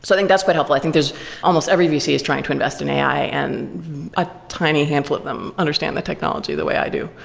so think that's quite helpful. i think there's almost every vc is trying to invest in ai and a tiny handful of them understand the technology the way i do.